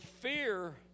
fear